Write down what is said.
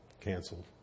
canceled